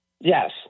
yes